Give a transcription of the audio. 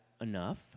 enough